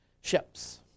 ships